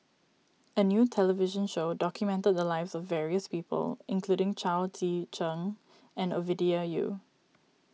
a new television show documented the lives of various people including Chao Tzee Cheng and Ovidia Yu